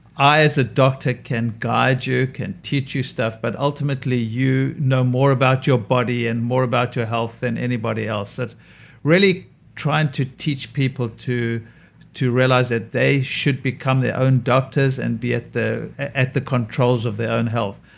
i as a doctor can guide you, can teach you stuff, but, ultimately, you know more about your body and more about your health than anybody else it's really trying to teach people to to realize that they should become their own doctors and be at the at the controls of their own health,